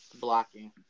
blocking